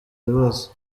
ibibazo